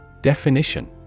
Definition